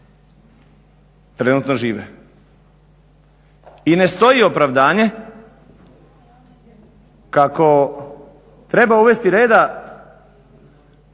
trenutno žive. I ne stoji opravdanje kako treba uvesti reda